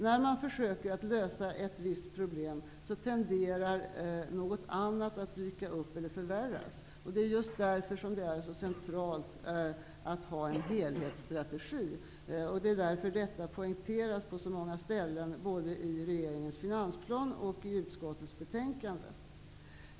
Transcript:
När man försöker lösa ett visst problem, tenderar något annat att dyka upp eller förvärras. Därför är det så centralt att ha en helhetsstrategi, och därför poängteras detta på så många ställen, både i regeringens finansplan och i utskottets betänkande.